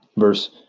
verse